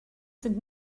sind